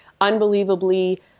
unbelievably